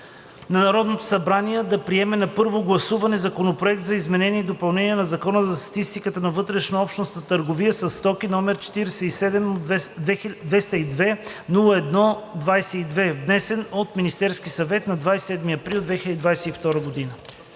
на Народното събрание да приеме на първо гласуване Законопроект за изменение и допълнение на Закона за статистика на вътрешнообщностната търговия със стоки, № 47-202-01-22, внесен от Министерския съвет на 27 април 2022 г.“